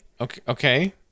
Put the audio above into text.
Okay